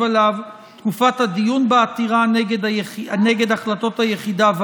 עליו ותקופת הדיון בעתירה נגד החלטות היחידה.